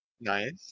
Nice